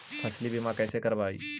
फसल बीमा कैसे करबइ?